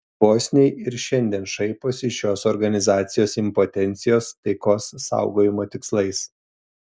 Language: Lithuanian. bosniai ir šiandien šaiposi iš šios organizacijos impotencijos taikos saugojimo tikslais